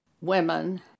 women